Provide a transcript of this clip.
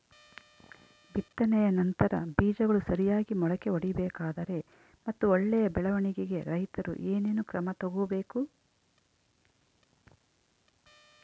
ಬಿತ್ತನೆಯ ನಂತರ ಬೇಜಗಳು ಸರಿಯಾಗಿ ಮೊಳಕೆ ಒಡಿಬೇಕಾದರೆ ಮತ್ತು ಒಳ್ಳೆಯ ಬೆಳವಣಿಗೆಗೆ ರೈತರು ಏನೇನು ಕ್ರಮ ತಗೋಬೇಕು?